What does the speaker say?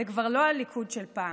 זה כבר לא הליכוד של פעם.